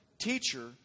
teacher